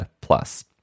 plus